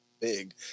Big